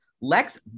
Lex